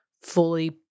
fully